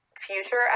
Future